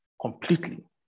completely